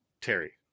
Terry